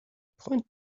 point